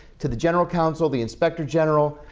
to the general counsel, the inspector general,